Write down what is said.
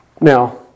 Now